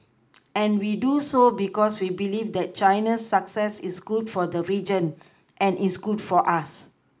and we do so because we believe that China's success is good for the region and is good for us